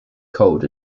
cold